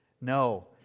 No